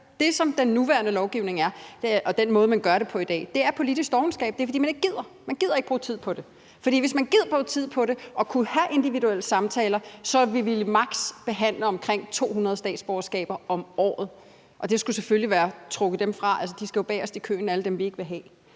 Det, som den nuværende lovgivning er, og den måde, man gør det på i dag, er politisk dovenskab. Det er, fordi man ikke gider bruge tid på det. For hvis man gad bruge tid på det at kunne have individuelle samtaler, ville vi maks. behandle omkring 200 statsborgerskaber om året, og det skulle selvfølgelig være, efter at man trækker dem fra, der står bagerst i køen, alle dem, vi ikke vil have,